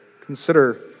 consider